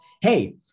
Hey